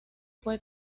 fue